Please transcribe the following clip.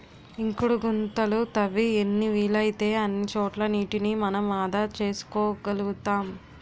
ఇంకుడు గుంతలు తవ్వి ఎన్ని వీలైతే అన్ని చోట్ల నీటిని మనం ఆదా చేసుకోగలుతాం